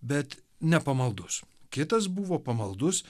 bet ne pamaldus kitas buvo pamaldus